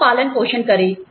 उनका पालन पोषण करें